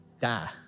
die